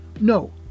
No